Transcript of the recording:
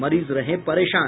मरीज रहे परेशान